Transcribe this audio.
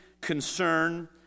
concern